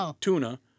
tuna